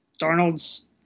Darnold's